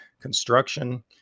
construction